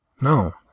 No